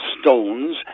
stones